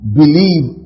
believe